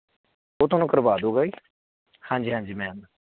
ਉਹ ਤੁਹਾਨੂੰ ਕਰਵਾ ਦੂੰਗਾ ਜੀ ਹਾਂਜੀ ਹਾਂਜੀ ਮੈਮ